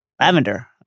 Lavender